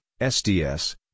SDS